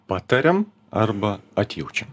patariam arba atjaučiam